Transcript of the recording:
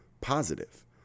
positive